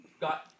got